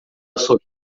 sorriu